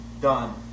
Done